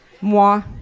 Moi